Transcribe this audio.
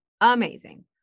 amazing